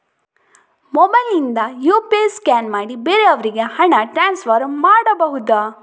Mobile ನಿಂದ UPI scan ಮಾಡಿ ಬೇರೆಯವರಿಗೆ ಹಣ ಟ್ರಾನ್ಸ್ಫರ್ ಮಾಡಬಹುದ?